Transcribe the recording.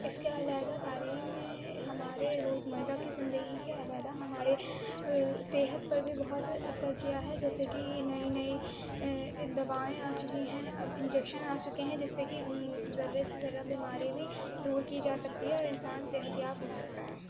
اِس کے علیحدہ تعلیم نے ہمارے روز مرّہ کے زندگی کے علیحدہ ہمارے صحت پر بھی بہت اثر کیا ہے جیسے کہ نئی نئی دوائیں آ چُکی ہیں اب انجیکشن آ چُکے ہیں جس سے کہ ذرّہ سے ذرّہ بیماری بھی دور کی جا سکتی ہے اور انسان صحت یاب ہو سکتا ہے